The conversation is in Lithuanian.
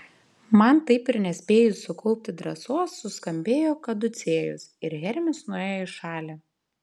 man taip ir nespėjus sukaupti drąsos suskambėjo kaducėjus ir hermis nuėjo į šalį